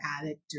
addict